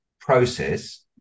process